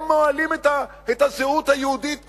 הם מוהלים את הזהות היהודית פה?